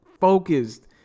focused